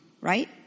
right